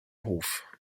hof